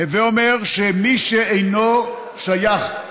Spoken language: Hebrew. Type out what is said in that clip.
הווה אומר שמי שאינו שייך,